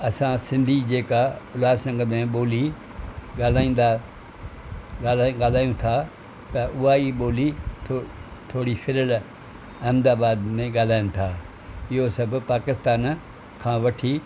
असां सिंधी जेका उल्हासनगर में ॿोली ॻाल्हाईंदा ॻाल्हायूं ॻाल्हायूं था त उहा ई ॿोली थो थोड़ी फिरियल अहमदाबाद में ॻाल्हाईन था इहो सभु पाकिस्तान खां वठी